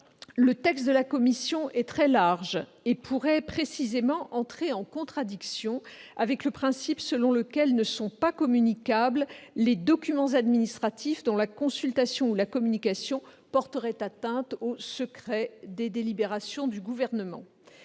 le texte de la commission est très large et pourrait précisément entrer en contradiction avec le principe selon lequel ne sont pas communicables les « documents administratifs dont la consultation ou la communication porterait atteinte au secret des délibérations du Gouvernement